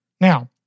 Now